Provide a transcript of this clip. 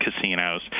casinos